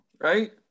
right